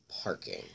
parking